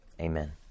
amen